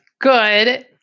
good